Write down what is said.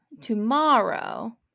tomorrow